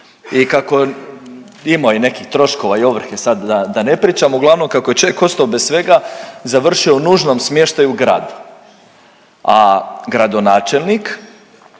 I kako i imao je nekih troškova i ovrhe, sad da, da ne pričam, uglavnom kako je čovjek ostao bez svega završio je u nužnom smještaju u grad, a gradonačelnik